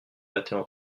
battaient